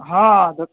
हँ तऽ